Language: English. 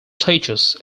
teaches